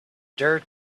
dirt